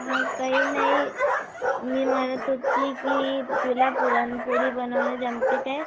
हं काही नाही मी म्हणत होती की तुला पुरणपोळी बनवणं जमते काय